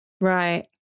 Right